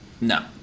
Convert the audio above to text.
No